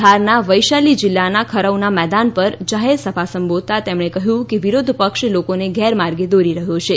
બિહારના વૈશાલી જિલ્લાના ખરીના મેદાન પર જાહેર સભા સંબોધતાં તેમણે કહ્યું કે વિરોધપક્ષ લોકોને ગેરમાર્ગો દોરી રહ્યો છે